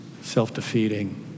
self-defeating